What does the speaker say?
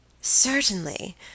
Certainly